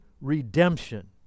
redemption